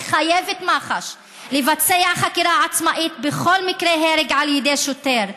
לחייב את מח"ש לבצע חקירה עצמאית בכל מקרה של הרג על ידי שוטר,